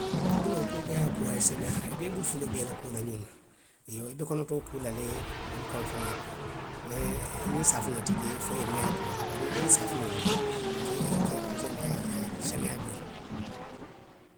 Buloo puruko i ye a kuu a ye seneyaa, i be i bulu fuloo bee le kuu la ňoŋ na. Iyoo, i be konotoo kuu la le i ye bulu kaŋo fanaŋ kuu. Mee niŋ saafina ti jee fo i ye mee a kuo la. bari niŋ saafinoo bi jee, a ka i, a kai ransee le, haa, a ye seneyaa juuna